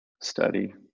Study